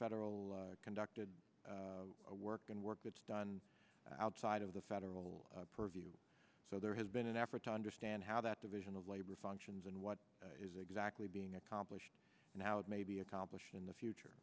federal conducted a work and work that's done outside of the federal purview so there has been an effort to understand how that division of labor functions and what is exactly being accomplished and how it may be accomplished in the future